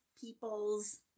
people's